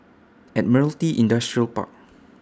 Admiralty Industrial Park